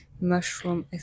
mushroom